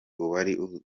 uwari